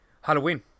Halloween